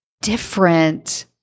different